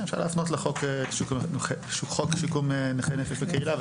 אפשר להפנות לחוק שיקום נכי נפש בקהילה.